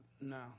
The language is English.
No